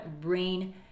brain